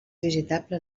visitable